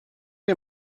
you